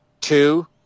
two